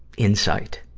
insight,